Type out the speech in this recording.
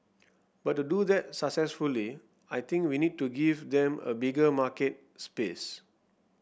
but to do that successfully I think we need to give them a bigger market space